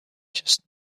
just